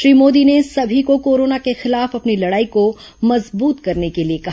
श्री मोदी ने सभी को कोरोना के खिलाफ अपनी लड़ाई को मजबूत करने के लिए कहा